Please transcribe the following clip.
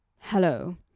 hello